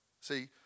See